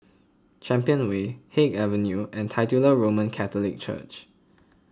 Champion Way Haig Avenue and Titular Roman Catholic Church